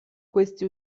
questi